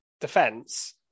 defense